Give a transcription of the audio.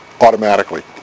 automatically